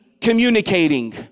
communicating